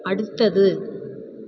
அடுத்தது